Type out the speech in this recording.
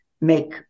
make